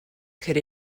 could